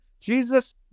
Jesus